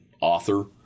author